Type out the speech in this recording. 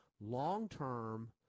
long-term